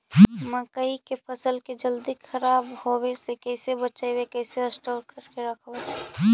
मकइ के फ़सल के जल्दी खराब होबे से कैसे बचइबै कैसे स्टोर करके रखबै?